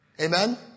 Amen